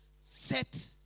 set